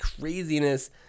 craziness